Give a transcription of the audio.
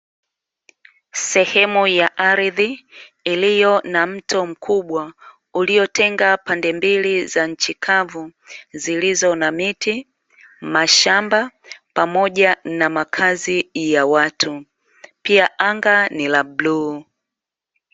Sehemu ya ardhi, iliyo na mto mkubwa, uliotenga pande mbili za nchi kavu zilizo na miti, mashamba pamoja na makazi ya watu. Pia anga ni la bluu.